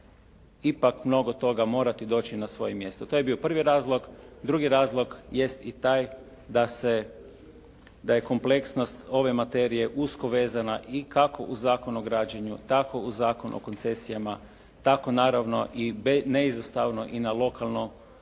ipak mnogo toga morati doći na svoje mjesto. To je bio prvi razlog. Drugi razlog jest i taj da je kompleksnost ove materije usko vezana i kako u Zakon o građenju tako i u Zakon o koncesijama tako naravno i neizostavno i na lokalnu,